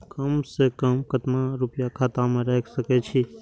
कम से कम केतना रूपया खाता में राइख सके छी?